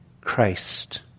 Christ